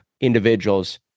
individuals